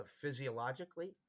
physiologically